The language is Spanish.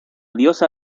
diosa